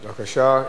בבקשה,